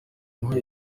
impuhwe